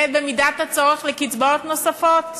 ובמידת הצורך לקצבאות נוספות,